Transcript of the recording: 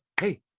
Hey